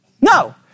No